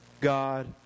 God